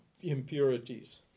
impurities